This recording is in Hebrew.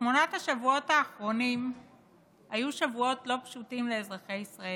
שמונת השבועות האחרונים היו שבועות לא פשוטים לאזרחי ישראל.